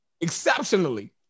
Exceptionally